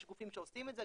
יש גופים שעושים את זה,